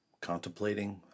contemplating